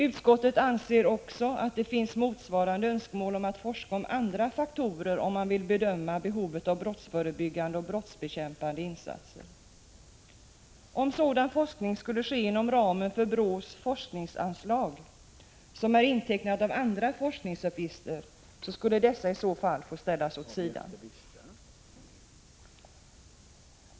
Utskottet anser vidare att det finns motsvarande önskemål om forskning rörande också andra faktorer att beakta vid en bedömning av behovet av brottsförebyggande och brottsbekämpande insatser. Om sådan forskning skulle ske inom ramen för BRÅ:s forskningsanslag, som är intecknat av andra forskningsuppgifter, skulle dessa i så fall ställas åt sidan.